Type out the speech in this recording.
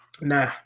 Nah